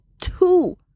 two